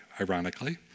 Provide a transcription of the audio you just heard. ironically